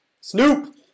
Snoop